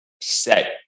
set